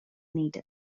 needed